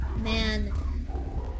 Man